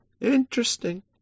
Interesting